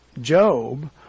Job